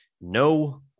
No